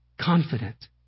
confident